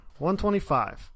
125